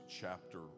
chapter